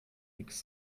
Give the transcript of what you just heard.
nix